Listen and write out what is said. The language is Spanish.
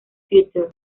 future